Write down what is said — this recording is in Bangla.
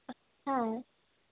হ্যাঁ